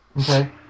Okay